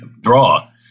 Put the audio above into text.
draw